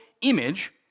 image